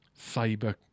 cyber